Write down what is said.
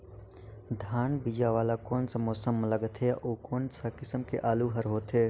धान बीजा वाला कोन सा मौसम म लगथे अउ कोन सा किसम के आलू हर होथे?